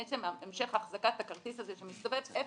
עצם המשך החזקת הכרטיס הזה שמסתובב איפשהו,